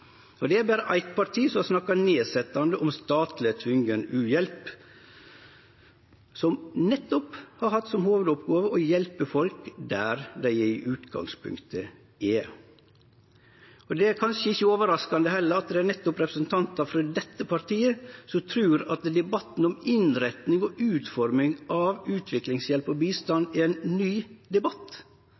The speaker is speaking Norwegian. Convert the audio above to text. Det er berre eitt parti som har snakka nedsetjande om statleg tvungen u-hjelp, som nettopp har hatt som hovudoppgåve å hjelpe folk der dei i utgangspunktet er. Det er kanskje heller ikkje overraskande at det er nettopp representantar frå dette partiet som trur at debatten om innretning og utforming av utviklingshjelp og bistand er ein ny debatt.